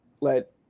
let